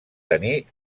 tenir